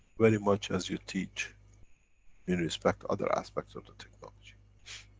very much as you teach in respect to other aspects of the technology.